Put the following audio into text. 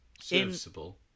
Serviceable